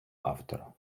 автора